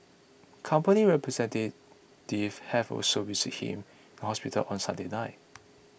company representatives had also visited him in hospital on Sunday night